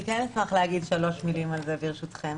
אני כן אשמח להגיד שלוש מילים על זה, ברשותכם.